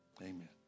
Amen